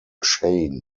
shane